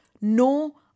no